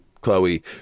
Chloe